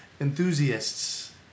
enthusiasts